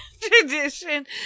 tradition